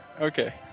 Okay